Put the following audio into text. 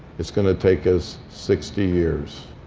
it's going to take us sixty years.